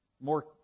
more